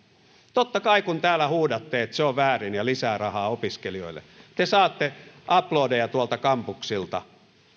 totta kai kun täällä huudatte että se on väärin ja lisää rahaa opiskelijoille te saatte aplodeja tuolta kampuksilta